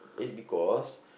is because